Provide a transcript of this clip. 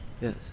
Yes